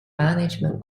management